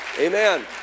amen